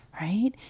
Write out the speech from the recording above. right